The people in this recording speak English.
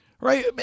Right